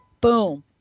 boom